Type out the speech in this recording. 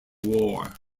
war